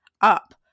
up